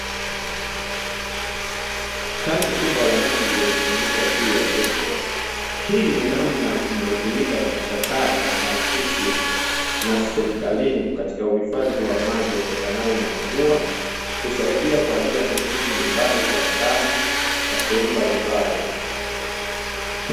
Tangi kubwa la maji lililosimamishwa juu ya jengo, hii ni namna inayotumika katika kaya, taasisi na serikalini katika uhifadhi wa maji yatokanayo na mvua, husaidia kwa ajili ya matumizi nyumbani, viwandani na sehemu mbalimbali.